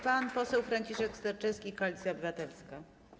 Pan poseł Franciszek Sterczewski, Koalicja Obywatelska.